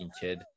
kid